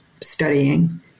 studying